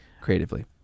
creatively